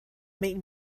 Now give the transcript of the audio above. made